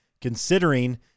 considering